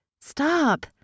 Stop